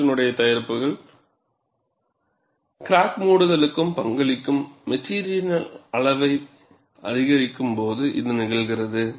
கரோசனுடைய தயாரிப்புகள் கிராக் மூடுதலுக்கு பங்களிக்கும் மெட்டிரியலின் அளவை அதிகரிக்கும் போது இது நிகழ்கிறது